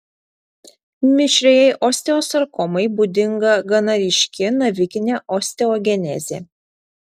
mišriajai osteosarkomai būdinga gana ryški navikinė osteogenezė